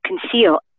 conceal